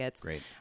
Great